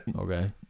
Okay